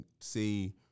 see